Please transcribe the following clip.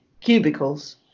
cubicles